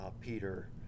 Peter